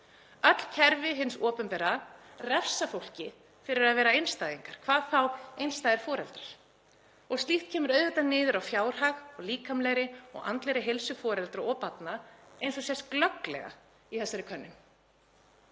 Öll kerfi hins opinbera refsa fólki fyrir að vera einstæðingar, hvað þá einstæðir foreldrar. Slíkt kemur auðvitað niður á fjárhag og líkamlegri og andlegri heilsu foreldra og barna eins og sést glögglega í þessari könnun.